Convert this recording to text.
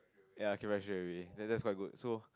ya acupressure already then that's quite good so